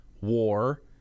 war